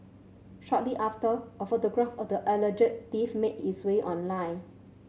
shortly after a photograph of the alleged thief made its way online